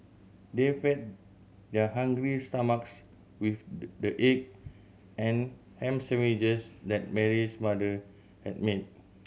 they fed their hungry stomachs with the egg and ham sandwiches that Mary's mother had made